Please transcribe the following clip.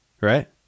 right